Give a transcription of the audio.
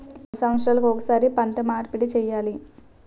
ఎన్ని సంవత్సరాలకి ఒక్కసారి పంట మార్పిడి చేయాలి?